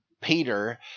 Peter